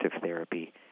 therapy